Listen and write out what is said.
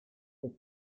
ist